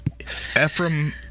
Ephraim